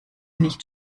nicht